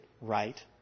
right